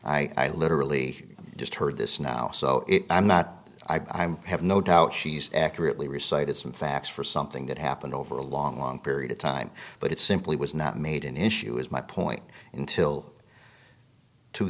i literally just heard this now so it i'm not i'm have no doubt she's accurately recited some facts for something that happened over a long long period of time but it simply was not made an issue is my point until two